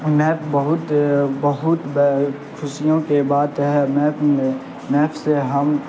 map بہت بہت خوشیوں کے بات ہے میپ میں میپ سے ہم